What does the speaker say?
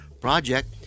project